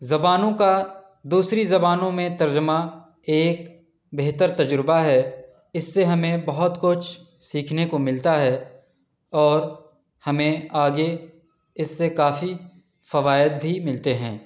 زبانوں کا دوسری زبانوں میں ترجمہ ایک بہتر تجربہ ہے اس سے ہمیں بہت کچھ سیکھنے کو ملتا ہے اور ہمیں آگے اس سے کافی فوائد بھی ملتے ہیں